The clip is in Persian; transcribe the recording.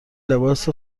لباس